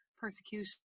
persecution